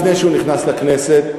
לפני שהוא נכנס לכנסת,